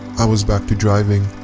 i was back to driving,